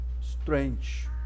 strange